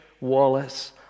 Wallace